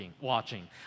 watching